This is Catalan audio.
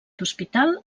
hospital